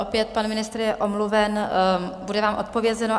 Opět pan ministr je omluven, bude vám odpovězeno.